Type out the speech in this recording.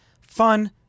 Fun